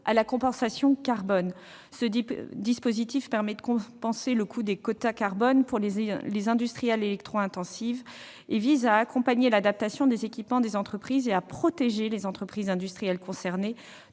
à la « compensation carbone ». Ce dispositif, qui permet de compenser le coût des quotas carbone pour les industriels électro-intensifs, vise à accompagner l'adaptation des équipements des entreprises et à protéger les entreprises industrielles concernées